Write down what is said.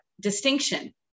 distinction